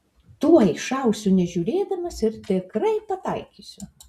tuoj šausiu nežiūrėdamas ir tikrai pataikysiu